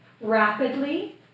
rapidly